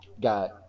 Got